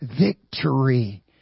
victory